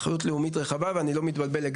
ואני לא מתבלבל,